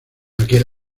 aquel